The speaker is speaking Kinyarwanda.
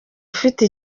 ufite